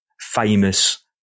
famous